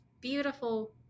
beautiful